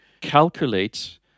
calculate